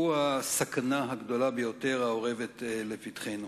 הוא הסכנה הגדולה ביותר האורבת לפתחנו.